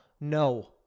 No